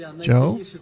joe